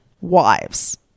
Wives